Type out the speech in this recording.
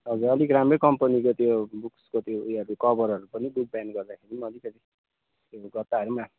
हजुर अलिक राम्रै कम्पनीको त्यो बुक्सको त्यो उयोहरू कभरहरू पनि बुक बाइन्ड गर्दाखेरि अलिकति त्यो गत्ताहरू पनि राख्